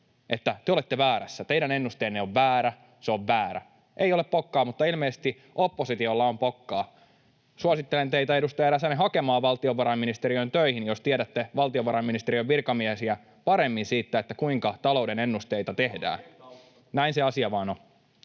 että te olette väärässä, teidän ennusteenne on väärä, se on väärä. Ei ole pokkaa, mutta ilmeisesti oppositiolla on pokkaa. Suosittelen teitä, edustaja Räsänen, hakemaan valtiovarainministeriöön töihin, jos tiedätte valtiovarainministeriön virkamiehiä paremmin, kuinka talouden ennusteita tehdään. [Joona Räsänen: